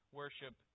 worship